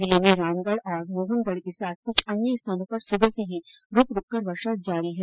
जिले में रामगढ़ और मोहनगढ़ के साथ क्छ अन्य स्थानों पर सुबह से ही रूकरूककर वर्षा जारी है